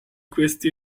questi